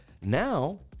now